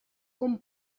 con